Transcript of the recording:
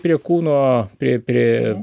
prie kūno prie prie